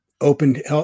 opened